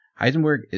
Heisenberg